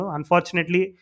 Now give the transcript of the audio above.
Unfortunately